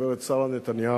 הגברת שרה נתניהו,